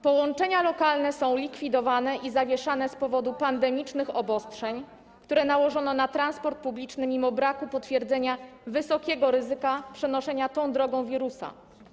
Połączenia lokalne są likwidowane i zawieszane z powodu pandemicznych obostrzeń, które nałożono na transport publiczny mimo braku potwierdzenia wysokiego ryzyka przenoszenia wirusa tą drogą.